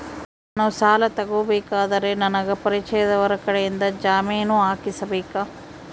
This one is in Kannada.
ನಾನು ಸಾಲ ತಗೋಬೇಕಾದರೆ ನನಗ ಪರಿಚಯದವರ ಕಡೆಯಿಂದ ಜಾಮೇನು ಹಾಕಿಸಬೇಕಾ?